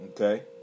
Okay